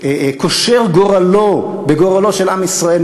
קושר גורלו בגורלו של עם ישראל,